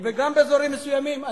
גם באזורים מסוימים.